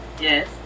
Yes